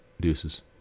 Deuces